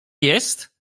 jest